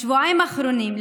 בשבועיים האחרונים,